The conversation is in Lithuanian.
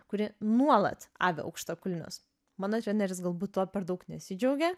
kuri nuolat avi aukštakulnius mano treneris galbūt tuo per daug nesidžiaugia